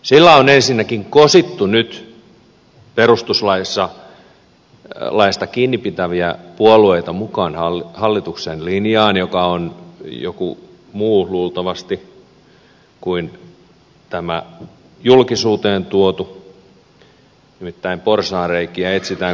sillä on ensinnäkin kosittu nyt perustuslaista kiinni pitäviä puolueita mukaan hallituksen linjaan joka on luultavasti joku muu kuin tämä julkisuuteen tuotu nimittäin porsaanreikiä etsitään koko ajan